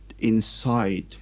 inside